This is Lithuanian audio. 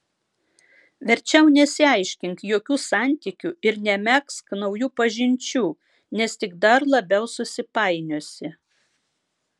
verčiau nesiaiškink jokių santykių ir nemegzk naujų pažinčių nes tik dar labiau susipainiosi